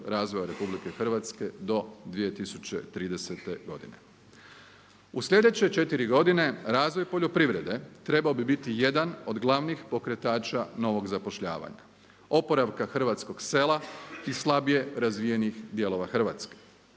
razvoja Republike Hrvatske do 2030. godine. U sljedeće 4 godine razvoj poljoprivrede trebao bi biti jedan od glavnih pokretača novog zapošljavanja, oporavka hrvatskog sela i slabije razvijenih dijelova Hrvatske.